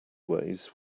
ways